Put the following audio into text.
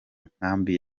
nkambi